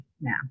now